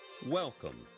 Welcome